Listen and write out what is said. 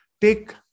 Take